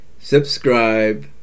subscribe